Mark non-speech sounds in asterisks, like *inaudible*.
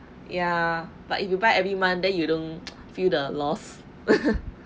ya but if you buy every month then you don't feel the loss *laughs*